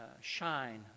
shine